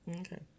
Okay